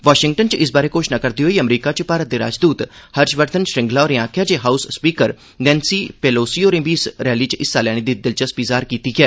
Washington च इस बारै घोषणा करदे होई अमरीका च भारत दे राजदूत हर्षवर्धन श्रृंगला होरें आखेआ जे हाउस स्पीकर नेन्सी पेलोसी होरें बी इस रैली च हिस्सा लैने दी दिलचस्पी जाहर कीती ऐ